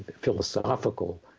philosophical